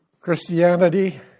Christianity